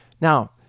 Now